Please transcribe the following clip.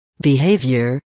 behavior